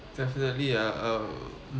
mm the